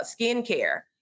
skincare